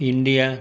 India